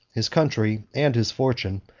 his country, and his fortune,